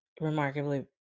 remarkably